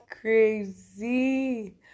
crazy